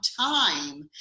time